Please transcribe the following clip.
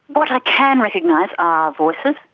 what i can recognise are voices,